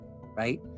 right